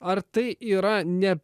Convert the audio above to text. ar tai yra ne